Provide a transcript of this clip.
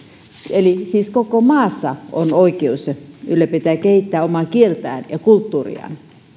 eli siis koko maassa on oikeus ylläpitää ja kehittää omaa kieltään ja kulttuuriaan